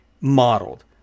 modeled